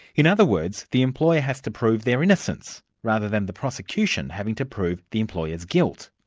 in other words, the employer has to prove their innocence, rather than the prosecution having to prove the employer's guilt.